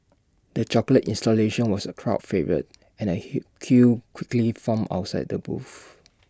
the chocolate installation was A crowd favourite and A hill queue quickly formed outside the booth